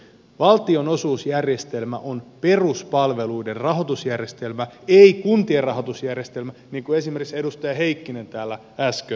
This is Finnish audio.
valtionosuusjärjestelmä on peruspalveluiden rahoitusjärjestelmä ei kuntien rahoitusjärjestelmä niin kuin esimerkiksi edustaja heikkilä täällä äsken totesi